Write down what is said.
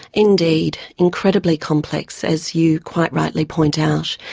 indeed, incredibly complex as you quite rightly point out,